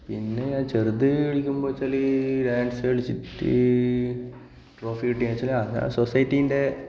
പിന്നെ ചെറുത് കളിക്കുമ്പോൾ വച്ചാൽ ഡാൻസ് കളിച്ചിട്ട് ട്രോഫി കിട്ടിയോ എന്ന് ചോദിച്ചാൽ ആ സൊസൈറ്റിൻ്റെ